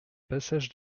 passage